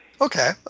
Okay